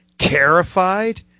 Terrified